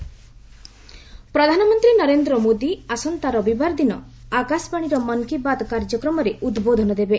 ମନ୍କୀ ବାତ୍ ପ୍ରଧାନମନ୍ତ୍ରୀ ନରେନ୍ଦ୍ର ମୋଦି ଆସନ୍ତା ରବିବାର ଦିନ ଆକାଶବାଣୀର ମନ୍କୀ ବାତ୍ କାର୍ଯ୍ୟକ୍ରମରେ ଉଦ୍ବୋଧନ ଦେବେ